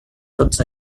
tots